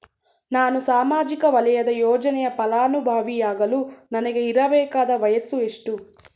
ನಾನು ಸಾಮಾಜಿಕ ವಲಯದ ಯೋಜನೆಯ ಫಲಾನುಭವಿಯಾಗಲು ನನಗೆ ಇರಬೇಕಾದ ವಯಸ್ಸುಎಷ್ಟು?